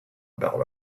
about